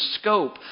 scope